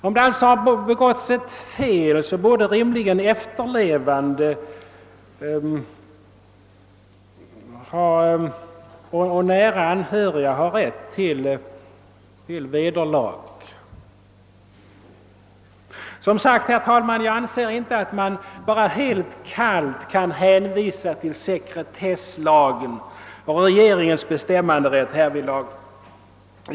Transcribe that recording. Om det alltså har begåtts ett fel, borde rimligen efterlevande och nära anhöriga ha rätt till vederlag. Jag anser som sagt inte, herr talman, att man bara helt kallt kan hänvisa till sekretesslagen och regeringens bestämmanderätt härvidlag.